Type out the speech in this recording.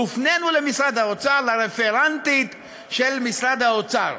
הופנינו לרפרנטית של משרד האוצר,